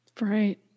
Right